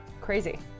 Crazy